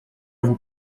vous